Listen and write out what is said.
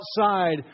outside